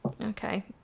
Okay